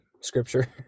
scripture